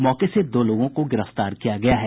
मौके से दो लोगों को गिरफ्तार किया गया है